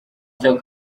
cya